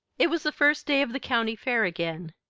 it was the first day of the county fair again,